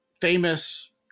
famous